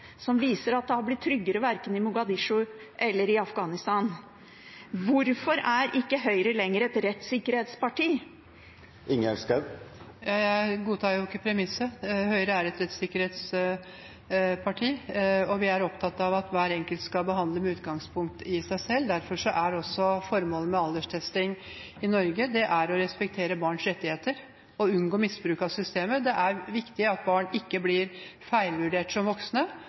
som viser at det har blitt tryggere verken i Mogadishu eller Afghanistan. Hvorfor er ikke Høyre lenger et rettssikkerhetsparti? Jeg godtar ikke premisset. Høyre er et rettssikkerhetsparti. Vi er opptatt av at hver enkelt skal behandles med utgangspunkt i seg selv, derfor er også formålet med alderstesting i Norge å respektere barns rettigheter og å unngå misbruk av systemet. Det er viktig at barn ikke blir feilvurdert som voksne,